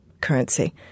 currency